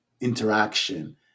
interaction